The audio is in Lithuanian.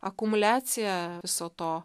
akumuliacija viso to